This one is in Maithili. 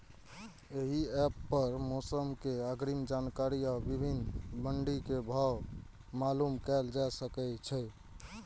एहि एप पर मौसम के अग्रिम जानकारी आ विभिन्न मंडी के भाव मालूम कैल जा सकै छै